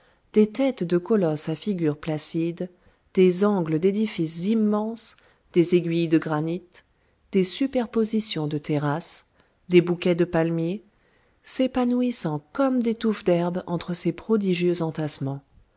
des têtes de colosses à figure placide des angles d'édifices immenses des aiguilles de granit des superpositions de terrasses des bouquets de palmiers s'épanouissant comme des touffes d'herbe entre ces prodigieux entassements